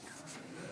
יודעת,